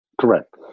Correct